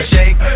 Shake